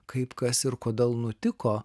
kaip kas ir kodėl nutiko